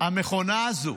המכונה הזו,